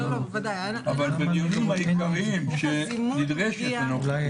אבל בדיונים העיקריים שנדרשת הנוכחות,